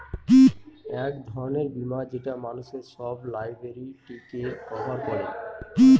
এক ধরনের বীমা যেটা মানুষের সব লায়াবিলিটিকে কভার করে